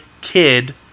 kid